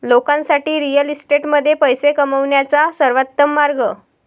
लोकांसाठी रिअल इस्टेटमध्ये पैसे कमवण्याचा सर्वोत्तम मार्ग